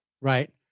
right